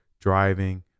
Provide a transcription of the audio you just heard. driving